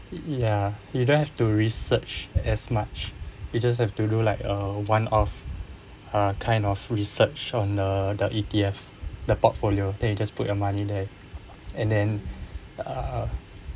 ya you don't have to research as much you just have to do like uh one of uh kind of research on the the E_T_F the portfolio then you just put your money there and then uh